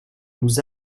nous